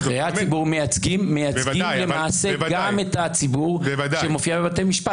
נבחרי הציבור מייצגים למעשה גם את הציבור שמופיע בבתי משפט,